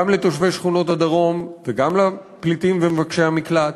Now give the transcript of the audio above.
גם לתושבי שכונות הדרום וגם לפליטים ומבקשי המקלט,